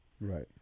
Right